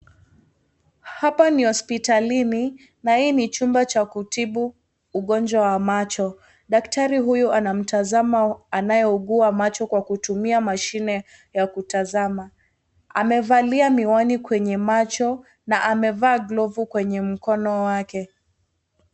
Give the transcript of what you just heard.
Hapa ni hospitalini na hii ni chumba cha kutibu ugonjwa wa macho daktari huyu anamtazama anaye ugua macho kwa kutumia mashine ya kutazama amevalia miwani kwenye macho na amevaa glovu kwenye mkono wake.